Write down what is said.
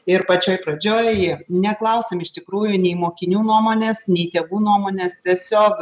ir pačioj pradžioj neklausėm iš tikrųjų nei mokinių nuomonės nei tėvų nuomonės tiesiog